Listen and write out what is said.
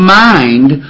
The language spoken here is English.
mind